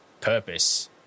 purpose